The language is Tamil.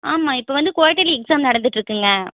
ஆமாம் இப்போ வந்து குவார்ட்டலி எக்ஸாம் நடந்துட்டிருக்குங்க